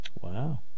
Wow